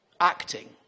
acting